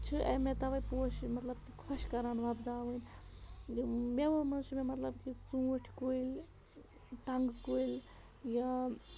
چھِ اَمے تَوَے پوشہِ مطلب کہِ خۄش کَران وۄپداوٕنۍ مٮ۪وو مَنٛز چھِ مےٚ مطلب کہِ ژوٗنٛٹھۍ کُلۍ ٹنٛگہٕ کُلۍ یا